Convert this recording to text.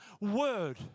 word